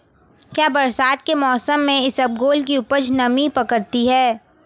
क्या बरसात के मौसम में इसबगोल की उपज नमी पकड़ती है?